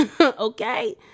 okay